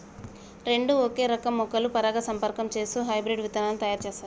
రెండు ఒకే రకం మొక్కలు పరాగసంపర్కం చేస్తూ హైబ్రిడ్ విత్తనాలు తయారు చేస్తారు